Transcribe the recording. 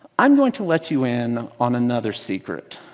i'm going to let you in on another secret.